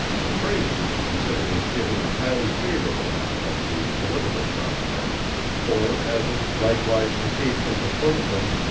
the phrase was considered as giving a highly favorable aspect to his political prospects for, as is likewise the case with the popedom,